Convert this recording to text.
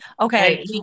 Okay